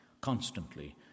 constantly